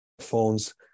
phones